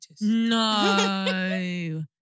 No